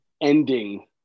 ending